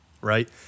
right